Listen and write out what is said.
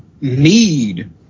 need